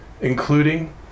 including